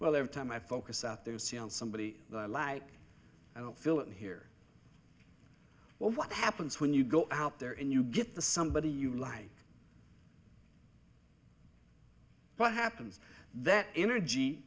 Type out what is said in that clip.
well there time i focus out there see on somebody like i don't feel it here well what happens when you go out there and you get the somebody you like but happens that energy